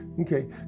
Okay